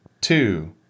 Two